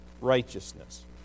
righteousness